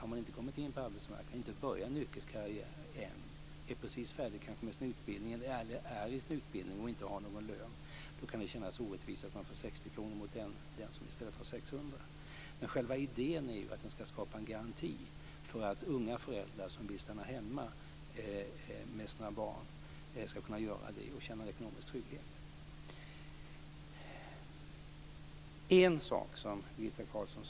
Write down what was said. Har man inte kommit in på arbetsmarknaden och inte börjat en yrkeskarriär - man kanske precis är färdig med sin utbildning eller håller på med sin utbildning och inte har någon lön - kan det kännas orättvist att man får 60 kr jämfört med den som i stället har 600 kr. Men själva idén är ju att man ska skapa en garanti för att unga föräldrar som vill stanna hemma med sina barn ska kunna göra det och känna en ekonomisk trygghet.